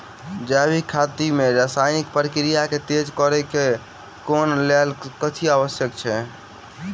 जैविक खेती मे रासायनिक प्रक्रिया केँ तेज करै केँ कऽ लेल कथी आवश्यक छै?